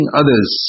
others